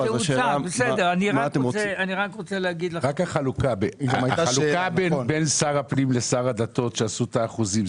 רק החלוקה בין שר הפנים לשר הדתות שעשו את האחוזים,